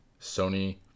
Sony